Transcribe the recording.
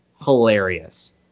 hilarious